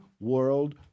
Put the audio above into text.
world